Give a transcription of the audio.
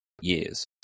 years